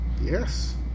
Yes